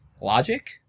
logic